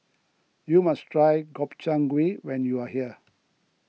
you must try Gobchang Gui when you are here